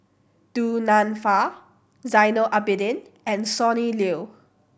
Du Nanfa Zainal Abidin and Sonny Liew